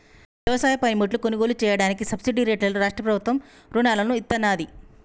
వ్యవసాయ పనిముట్లు కొనుగోలు చెయ్యడానికి సబ్సిడీ రేట్లలో రాష్ట్ర ప్రభుత్వం రుణాలను ఇత్తన్నాది